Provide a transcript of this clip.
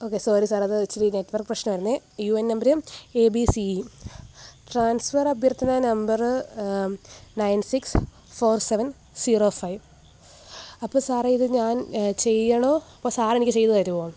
okay sorry sir അത് ഇച്ചിരി network പ്രശ്നമായിരുന്നെ U N number A B C E transfer അഭ്യർത്ഥനാ number nine six four seven zero five അപ്പോള് സാറെ ഇത് ഞാൻ ചെയ്യണോ അപ്പോള് സാർ എനിക്ക് ചെയ്ത് തരുമോ